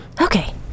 Okay